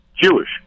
Jewish